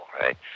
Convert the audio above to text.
right